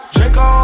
Draco